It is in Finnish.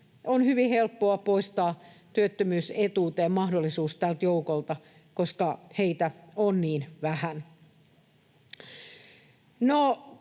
on hyvin helppoa poistaa mahdollisuus työttömyysetuuteen tältä joukolta, koska heitä on niin vähän.